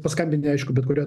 paskambini aišku bet kurią